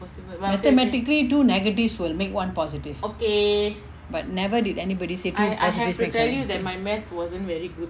automatically two negatives will make one positive but never did anybody say two positives makes one negative